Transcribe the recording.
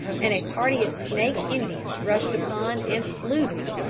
and a party of snake indians rushed upon and slew them,